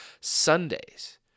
Sundays